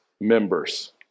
members